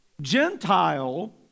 Gentile